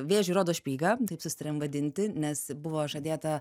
vėžiui rodo špygą taip susitarėm vadinti nes buvo žadėta